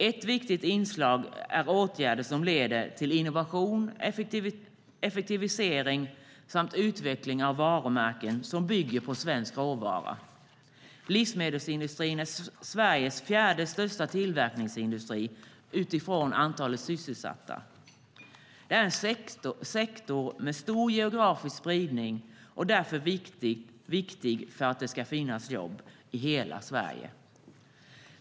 Ett viktigt inslag är åtgärder som leder till innovation, effektivisering och utveckling av varumärken som bygger på svensk råvara. Livsmedelsindustrin är Sveriges fjärde största tillverkningsindustri utifrån antalet sysselsatta. Det är en sektor med stor geografisk spridning och därför viktig för att det ska finnas jobb i hela Sverige.